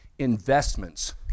Investments